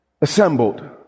assembled